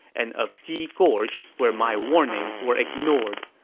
and of ji gorge, where my warnings were ignored.